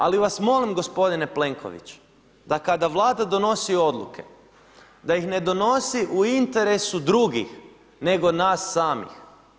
Ali vas molim gospodine Plenković, da kada Vlada donosi odluke, da ih ne donosi u interesu drugih, nego nas samih.